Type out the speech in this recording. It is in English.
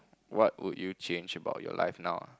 what would you change about you life now